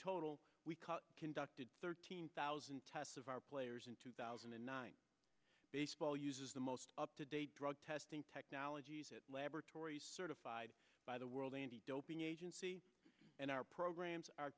total we conducted thirteen thousand tests of our players in two thousand and nine baseball uses the most up to date drug testing technologies at laboratories certified by the world anti doping agency and our programs are